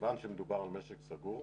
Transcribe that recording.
מכיוון שמדובר על משק סגור,